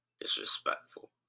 Disrespectful